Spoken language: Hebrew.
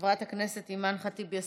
חברת הכנסת אימאן ח'טיב יאסין,